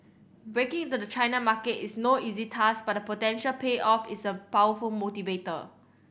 breaking into the China market is no easy task but the potential payoff is a powerful motivator